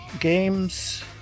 Games